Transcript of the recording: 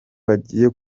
bagiye